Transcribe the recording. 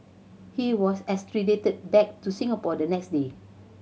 he was extradited back to Singapore the next day